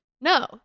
no